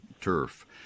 turf